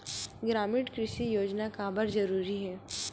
ग्रामीण कृषि योजना काबर जरूरी हे?